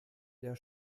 der